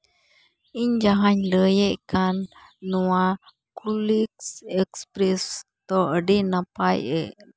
ᱤᱧ ᱡᱟᱦᱟᱧ ᱞᱟᱹᱭᱮᱫ ᱠᱟᱱ ᱱᱚᱣᱟ ᱠᱩᱞᱤᱠᱥ ᱮᱠᱥᱯᱨᱮᱹᱥ ᱫᱚ ᱟᱹᱰᱤ ᱱᱟᱯᱟᱭ ᱨᱮᱹᱞ ᱠᱟᱱᱟ